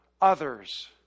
others